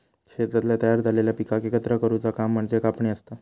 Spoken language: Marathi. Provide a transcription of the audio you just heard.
शेतातल्या तयार झालेल्या पिकाक एकत्र करुचा काम म्हणजे कापणी असता